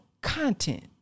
content